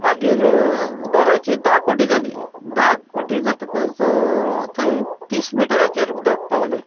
मागीर दोनाची धा कोटी जावपाक लागली धा कोटी जातकच थंय तीस मिटराचेर उदक पावपाक लागलें